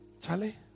Charlie